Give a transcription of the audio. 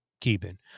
keeping